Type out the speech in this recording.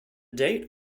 date